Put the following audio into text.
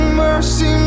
mercy